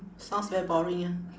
sounds very boring ah